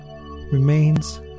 remains